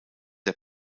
der